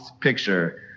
picture